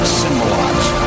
symbolize